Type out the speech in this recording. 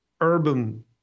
urban